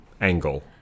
angle